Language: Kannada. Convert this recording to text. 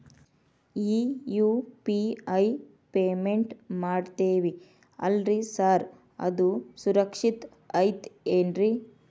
ಈ ಯು.ಪಿ.ಐ ಪೇಮೆಂಟ್ ಮಾಡ್ತೇವಿ ಅಲ್ರಿ ಸಾರ್ ಅದು ಸುರಕ್ಷಿತ್ ಐತ್ ಏನ್ರಿ?